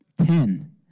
Ten